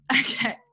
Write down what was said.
okay